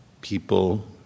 people